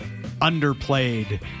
underplayed